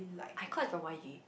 I caught is from Y_G